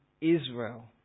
Israel